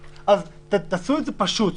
תעשו את זה פשוט,